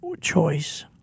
choice